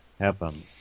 happen